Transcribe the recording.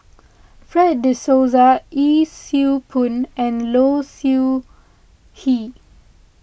Fred De Souza Yee Siew Pun and Low Siew Nghee